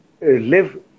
live